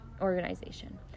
organization